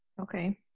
okay